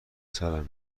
سرمه